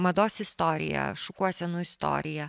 mados istoriją šukuosenų istoriją